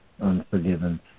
unforgiven